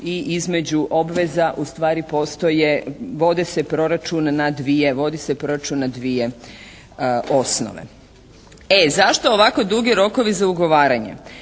i između obveza ustvari postoje, vodi se proračun na dvije osnove. E zašto ovako dugi rokovi za ugovaranje?